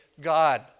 God